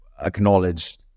acknowledge